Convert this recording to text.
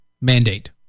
mandate